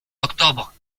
octobre